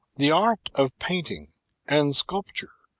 the art of painting and sculpture,